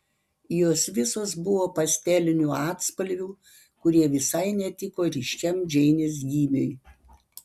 jos visos buvo pastelinių atspalvių kurie visai netiko ryškiam džeinės gymiui